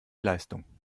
leistung